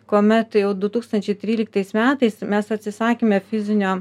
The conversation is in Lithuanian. kuomet jau du tūkstančiai tryliktais metais mes atsisakėme fizinio